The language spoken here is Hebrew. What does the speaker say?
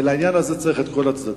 ולעניין הזה צריך את כל הצדדים.